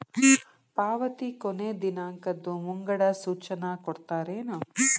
ಪಾವತಿ ಕೊನೆ ದಿನಾಂಕದ್ದು ಮುಂಗಡ ಸೂಚನಾ ಕೊಡ್ತೇರೇನು?